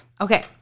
Okay